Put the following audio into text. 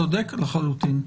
צודק לחלוטין.